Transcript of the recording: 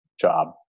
job